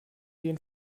gehen